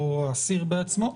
או אסיר בעצמו.